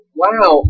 wow